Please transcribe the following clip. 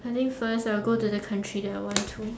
I think first I will go to the country that I want to